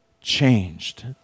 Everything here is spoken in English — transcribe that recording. changed